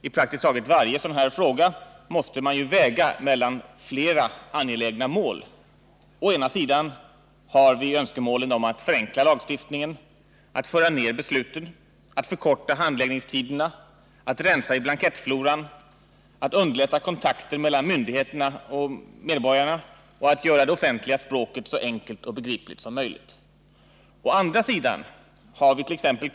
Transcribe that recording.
I praktiskt taget varje sådan här fråga måste man ju göra avvägningar mellan flera angelägna mål. Å ena sidan har vi önskemålen om att förenkla lagstiftningen, att föra ner besluten, att förkorta handläggningstiderna, att rensa i blankettfloran, att underlätta kontakter mellan myndigheter och medborgare och att göra det offentliga språket så enkelt och begripligt som möjligt. Å andra sidan har vit.ex.